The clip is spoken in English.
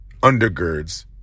undergirds